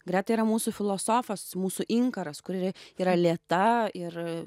greta yra mūsų filosofas mūsų inkaras kuri yra lėta ir